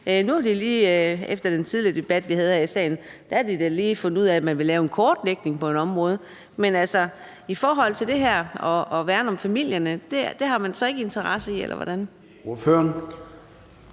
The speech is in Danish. Nu har de da lige – efter den tidligere debat, vi havde her i salen – fundet ud af, at de vil lave en kortlægning af et område. Men det her og det at værne om familierne har man så ikke interesse i, eller hvordan?